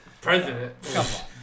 President